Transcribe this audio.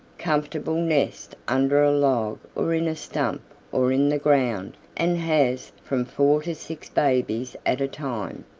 comfortable nest under a log or in a stump or in the ground and has from four to six babies at a time.